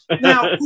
Now